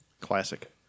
Classic